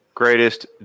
greatest